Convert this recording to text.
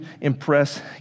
impress